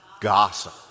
gossip